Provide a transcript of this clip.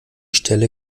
stelle